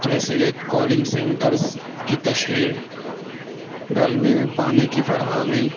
جیسےکہ calling centres کی تشہیر گرمی میں پانی کی فراہمی